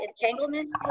entanglements